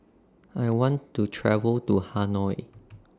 I want to travel to Hanoi